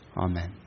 Amen